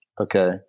Okay